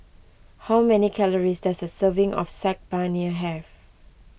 how many calories does a serving of Saag Paneer have